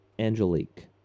Angelique